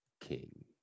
King